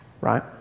Right